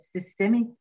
systemic